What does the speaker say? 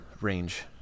range